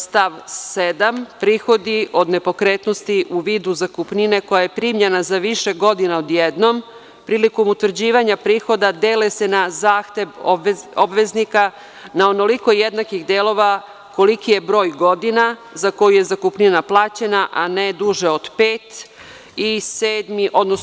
Stav 7. – prihodi od nepokretnosti u vidu zakupnine koja je primljena za više godina odjednom prilikom utvrđivanja prihoda dele se na zahtev obveznika, na onoliko jednakih delova koliki je broj godina, za koju je zakupnina plaćena, a ne duže od pet.